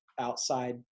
outside